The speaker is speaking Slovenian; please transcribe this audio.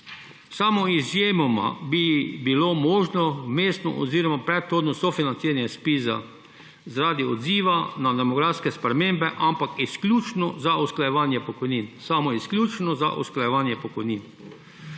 Samo izjemoma bi bilo možno vmesno oziroma predhodno sofinanciranje ZPIZ zaradi odziva na demografske spremembe, ampak izključno za usklajevanje pokojnin, zgolj in izključno za usklajevanje pokojnin.